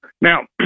Now